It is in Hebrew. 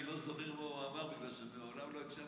אני לא זוכר מה הוא אמר בגלל שמעולם לא הקשבתי לו.